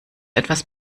etwas